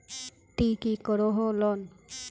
ती की करोहो लोन?